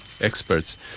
experts